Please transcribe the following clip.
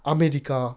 America